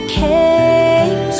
came